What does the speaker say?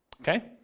Okay